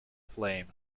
flame